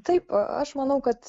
taip aš manau kad